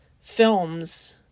films